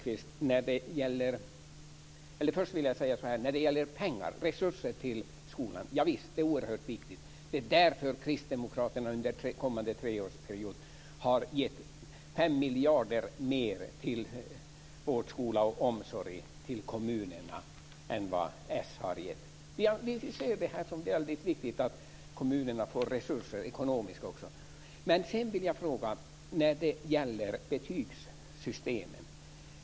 Visst är resurser till skolan oerhört viktigt. Det är därför som kristdemokraterna för den kommande treårsperioden har avsatt 5 miljarder mer till kommunerna för vård, skola och omsorg än socialdemokraterna. Vi ser det som väldigt viktigt att kommunerna får ekonomiska resurser. Sedan skulle jag vilja ställa en fråga om betygssystemet.